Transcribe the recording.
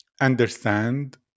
understand